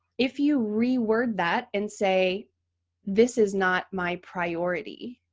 if you reword that and say this is not my priority.